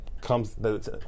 comes